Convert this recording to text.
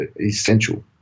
essential